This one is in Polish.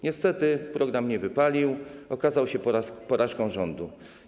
Niestety, program nie wypalił, okazało się, że jest porażką rządu.